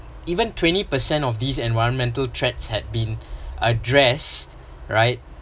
even twenty percent of these environmental threats had been addressed right